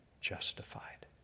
justified